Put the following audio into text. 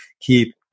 keep